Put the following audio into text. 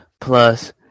plus